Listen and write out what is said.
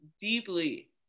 deeply